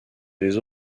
les